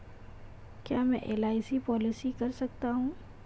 क्या मैं LIC policy कर सकता हूं?